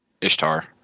Ishtar